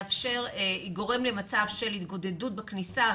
גורם למצב של התגודדות בכניסה,